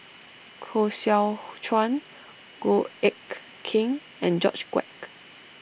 Koh Seow Chuan Goh Eck Kheng and George Quek